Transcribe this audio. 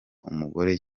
umugore